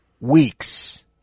weeks